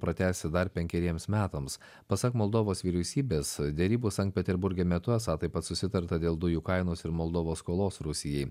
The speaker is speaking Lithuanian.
pratęsti dar penkeriems metams pasak moldovos vyriausybės derybų sankt peterburge metu esą taip pat susitarta dėl dujų kainos ir moldovos skolos rusijai